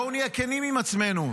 בואו נהיה כנים עם עצמנו.